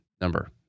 number